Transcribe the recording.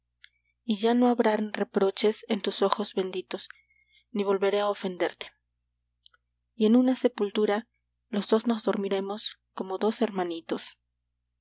difuntos y ya no habrán reproches en tus ojos benditos ni volveré a ofenderte y en una sepultura los dos nos dormiremos como dos hermanitos